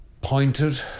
pointed